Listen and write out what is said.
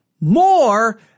more